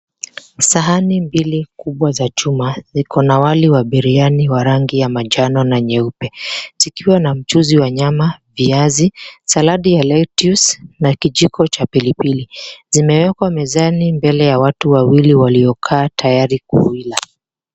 Sahani mbili kubwa za chuma ziko na wali wa biriani wa rangi ya manjano na nyeupe, zikiwa na mchuzi wa nyama, viazi, saladi ya lettuce na kijiko cha pilipili. Zimewekwa mezani mbele ya watu wawili waliokaa tayari kuila.